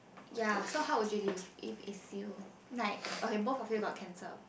ya so how would you live if its you like okay both of you got cancer